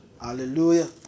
Hallelujah